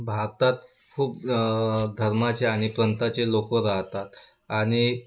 भारतात खूप धर्माचे आणि पंथाचे लोकं राहतात आणि